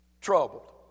troubled